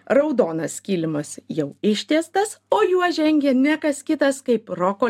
raudonas kilimas jau ištiestas o juo žengia ne kas kitas kaip roko